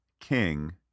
King